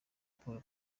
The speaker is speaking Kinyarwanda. paul